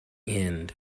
end